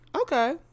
Okay